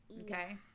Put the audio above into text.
Okay